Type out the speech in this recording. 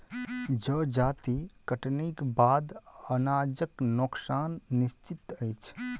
जजाति कटनीक बाद अनाजक नोकसान निश्चित अछि